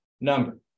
number